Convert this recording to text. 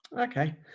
okay